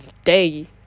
day